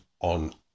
on